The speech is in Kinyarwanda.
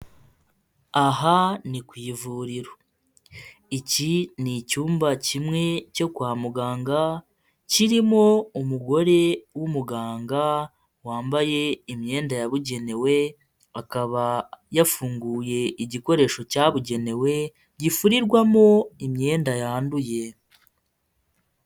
Aha ni ku ivuriro, iki ni icyumba kimwe cyo kwa muganga kirimo umugore w'umuganga wambaye imyenda yabugenewe, akaba yafunguye igikoresho cyabugenewe gifurirwamo imyenda yanduye.